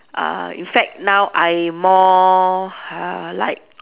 uh in fact now I more uh like